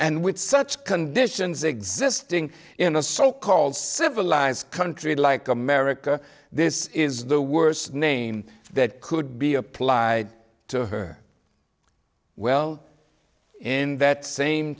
and with such conditions existing in a so called civilized country like america this is the worst name that could be applied to her well in that same